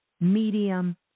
medium